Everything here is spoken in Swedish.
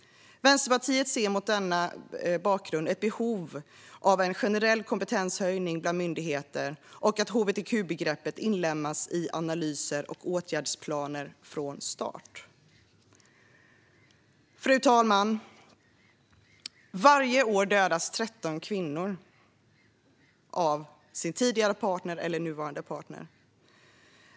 Vänsterpartiet ser mot denna bakgrund ett behov av en generell kompetenshöjning bland myndigheterna och att hbtq-begreppet inlemmas i analyser och åtgärdsplaner från start. Fru talman! Varje år dödas 13 kvinnor av sin tidigare eller nuvarande partner.